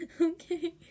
Okay